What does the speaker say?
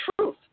truth